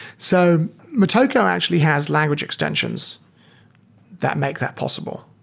so motoko actually has language extensions that make that possible.